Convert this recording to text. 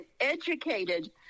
educated